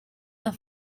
the